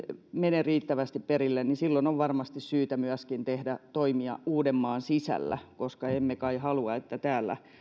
mene riittävästi perille niin silloin on varmasti syytä myöskin tehdä toimia uudenmaan sisällä koska emme kai halua että täällä